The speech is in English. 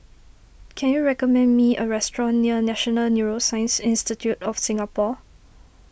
can you recommend me a restaurant near National Neuroscience Institute of Singapore